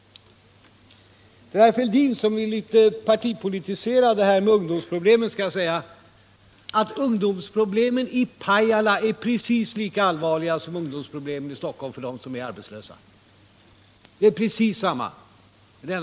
Till herr Fälldin, som vill partipolitisera detta med ungdomsproblemen, vill jag säga att problemen för den arbetslösa ungdomen i Pajala är precis lika stora som för den arbetslösa ungdomen i Stockholm.